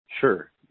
Sure